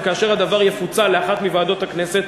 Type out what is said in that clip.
וכאשר הדבר יפוצל לאחת מוועדות הכנסת,